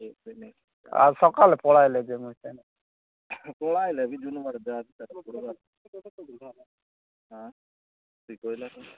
ଆଉ ସକାଲେ ପଳାଇଲେ ଯେମିତି ପଳାଇଲେ ବି